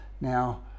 now